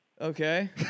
okay